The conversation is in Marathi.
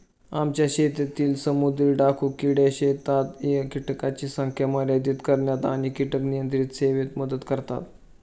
आमच्या शेतातील समुद्री डाकू किडे शेतात कीटकांची संख्या मर्यादित करण्यात आणि कीटक नियंत्रण सेवेत मदत करतात